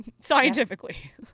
scientifically